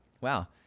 Wow